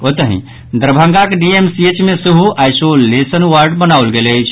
ओतहि दरभंगाक डीएमसीएच मे सेहो आईसोलेशन वार्ड बनाओल गेल अछि